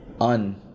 Un